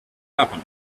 happen